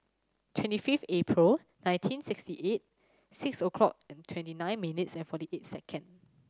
twenty fifth April nineteen sixty eight six o'clock and twenty nine minutes and forty eight second